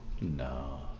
No